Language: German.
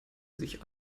sich